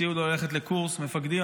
הציעו לו ללכת לקורס מפקדים.